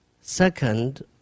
Second